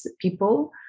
people